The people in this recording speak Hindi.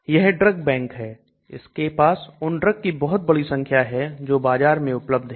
यह ड्रग बैंक है इसके पास उन ड्रग की बहुत बड़ी संख्या है जो बाजार में उपलब्ध है